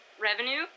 revenue